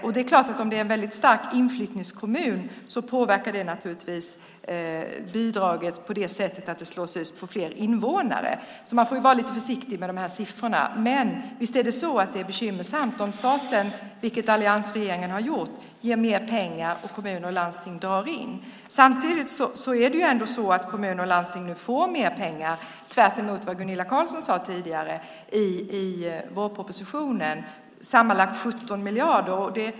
Om det är en kommun med mycket inflyttning är det klart att det påverkar bidraget på det sättet att det slås ut på fler invånare. Man får därför vara lite försiktig med dessa siffror. Men visst är det bekymmersamt om staten, vilket alliansregeringen har gjort, ger mer pengar och kommuner och landsting drar in. Nu får kommuner och landsting mer pengar enligt vårpropositionen, tvärtemot vad Gunilla Carlsson sade tidigare. Det handlar om sammanlagt 17 miljarder.